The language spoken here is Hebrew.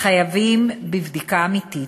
חייבים בבדיקה אמיתית.